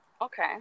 Okay